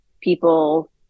people